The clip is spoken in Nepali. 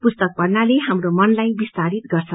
पुस्तक पढ़नाले हाम्रो मनलाई विस्तारित गर्छ